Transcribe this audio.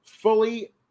Fully